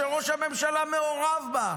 שראש הממשלה מעורב בה,